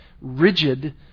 rigid